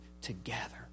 together